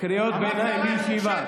קריאות ביניים, בישיבה.